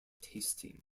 tasting